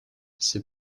c’est